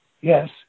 yes